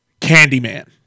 Candyman